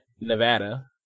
Nevada